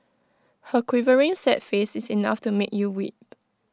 her quivering sad face is enough to make you weep